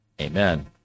Amen